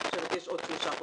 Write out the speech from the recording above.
יש עוד שלושה חודשים.